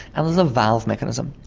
and there's a valve mechanism.